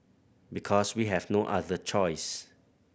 because we have no other choice